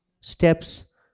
steps